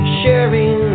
sharing